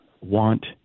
want